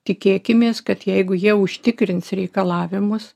tikėkimės kad jeigu jie užtikrins reikalavimus